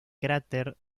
cráter